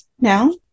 now